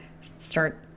start